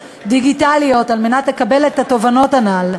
דיגיטליות על מנת לקבל את התובנות הנ"ל.